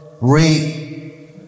rape